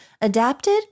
Adapted